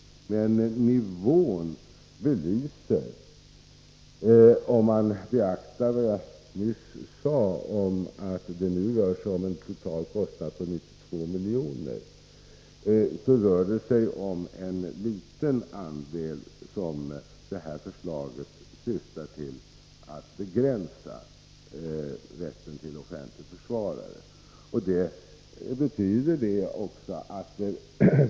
Men nivån belyser — om man beaktar vad jag nyss sade om att det nu rör sig om en total kostnad på 92 milj.kr. — att detta förslag syftar till en liten begränsning av rätten till offentlig försvarare.